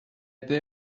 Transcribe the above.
عده